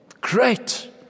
Great